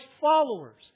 followers